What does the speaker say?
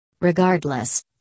Regardless